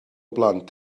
blant